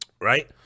Right